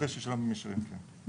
ההפרש ישולם במישרין, כן.